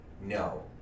No